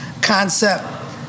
Concept